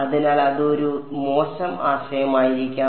അതിനാൽ അത് ഒരു മോശം ആശയമായിരിക്കാം